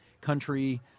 country